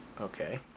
Okay